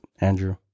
Andrew